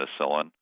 penicillin